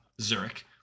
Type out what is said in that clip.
Zurich